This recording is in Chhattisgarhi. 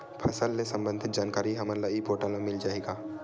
फसल ले सम्बंधित जानकारी हमन ल ई पोर्टल म मिल जाही का?